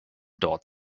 dort